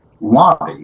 lobby